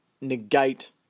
negate